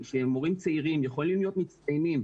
שמורים צעירים יכולים להיות מצטיינים,